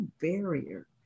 barrier